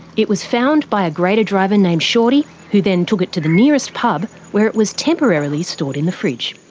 it was found by a grader driver named shorty, who then took it to the nearest pub where it was temporarily stored in the fridge.